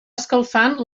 escalfant